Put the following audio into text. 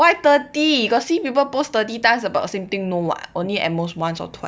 why thirty you got see people post thirty times about same thing no [what] only at most once or twice